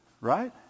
Right